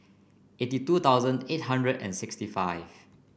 eighty two thousand eight hundred and sixty five